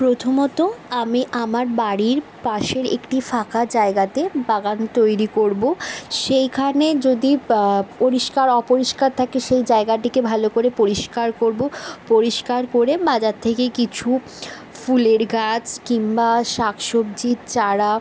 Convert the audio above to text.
প্রথমত আমি আমার বাড়ির পাশের একটি ফাঁকা জায়গাতে বাগান তৈরি করব সেইখানে যদি পরিষ্কার অপরিষ্কার থাকে সেই জায়গাটিকে ভালো করে পরিষ্কার করব পরিষ্কার করে বাজার থেকে কিছু ফুলের গাছ কিংবা শাক সবজির চারা